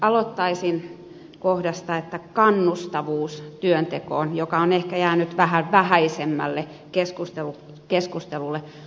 aloittaisin kohdasta kannustavuus työntekoon joka on ehkä jäänyt vähän vähäisemmälle keskustelulle